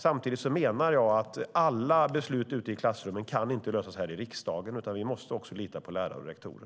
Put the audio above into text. Samtidigt menar jag att alla beslut ute i klassrummen inte kan lösas här i riksdagen, utan vi måste också lita på lärare och rektorer.